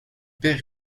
père